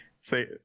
Say